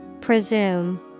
Presume